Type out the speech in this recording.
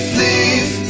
leave